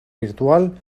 virtual